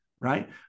right